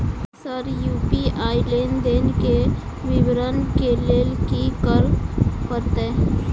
Sir UPI लेनदेन केँ विवरण केँ लेल की करऽ परतै?